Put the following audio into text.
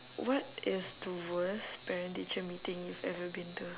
what is the worst parent teacher meeting you've ever been to